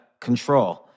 control